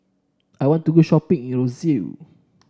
I want to go shopping in Roseau